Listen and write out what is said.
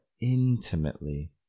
intimately